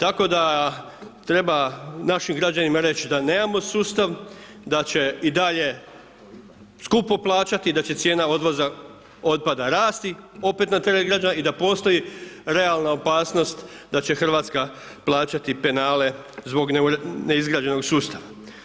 Tako da treba našim građanima reći da nemamo sustav, da će i dalje skupo plaćati i da će cijena odvoza otpada rasti, opet na teret građana i da postoji realna opasnost, da će Hrvatska plaćati penale zbog neizgrađenog sustava.